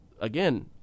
again